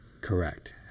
Correct